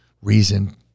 reason